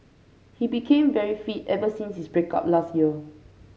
he became very fit ever since his break up last year